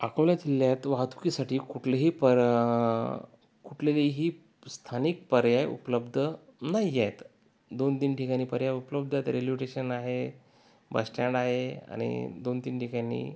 अकोला जिल्ह्यात वाहतुकीसाठी कुठलेही पर कुठलेही स्थानिक पर्याय उपलब्ध नाही आहेत दोनतीन ठिकाणी पर्याय उपलब्ध आहेत रेल्वे टेशन आहे बस स्टँड आहे आणि दोनतीन ठिकाणी